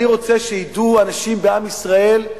אני רוצה שידעו אנשים בעם ישראל,